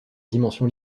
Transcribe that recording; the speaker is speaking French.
dimension